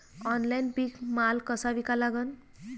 Online पीक माल कसा विका लागन?